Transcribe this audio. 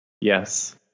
Yes